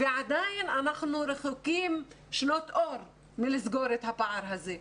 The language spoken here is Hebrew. ועדיין אנחנו רחוקים שנות אור מלסגור את הפער הזה,